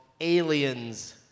Aliens